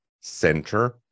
center